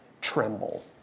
tremble